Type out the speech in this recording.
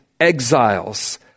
exiles